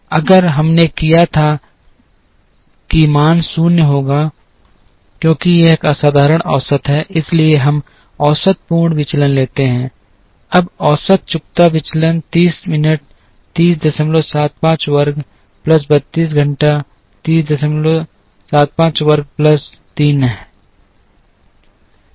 अगर हमने किया था कि मान 0 होगा क्योंकि यह एक साधारण औसत है इसलिए हम औसत पूर्ण विचलन लेते हैं अब औसत चुकता विचलन 30 मिनट 3075 वर्ग प्लस 32 घटा 3075 वर्ग प्लस 31 शून्य वर्ग प्लस 30 मिनट वर्ग है